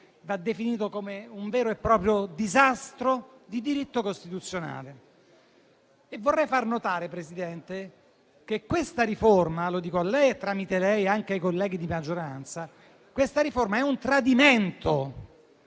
va definito come un vero e proprio disastro di diritto costituzionale. Vorrei far notare, Presidente, che questa riforma - lo dico a lei e per il suo tramite anche ai colleghi di maggioranza - è un tradimento